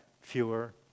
fewer